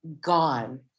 Gone